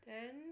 then